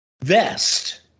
vest